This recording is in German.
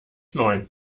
neun